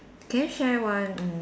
can you share one mm